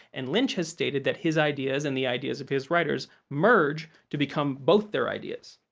and lynch has stated that his ideas and the ideas of his writers merge to become both their ideas.